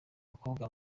mukobwa